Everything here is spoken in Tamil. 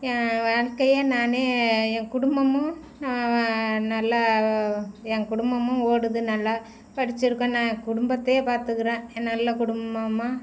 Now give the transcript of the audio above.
என் வாழ்க்கையே நானே என் குடும்பமும் நான் நல்லா என் குடும்பமும் ஓடுது நல்லா படித்திருக்கோம் நான் குடும்பத்தையே பார்த்துக்கறேன் எ நல்ல குடும்பமாக